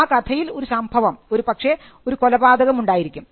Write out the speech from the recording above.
ആ കഥയിൽ ഒരു സംഭവം ഒരുപക്ഷേ ഒരു കൊലപാതകം ഉണ്ടായിരിക്കും